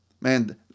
Man